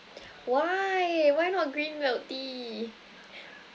why why not green milk tea